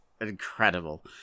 Incredible